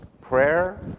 Prayer